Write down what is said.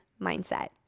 mindset